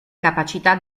capacità